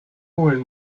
holen